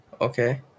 okay